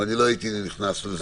ולא הייתי נכנס לזה,